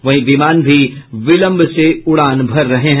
वहीं विमान भी विलंब से उड़ान भर रहे हैं